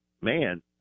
man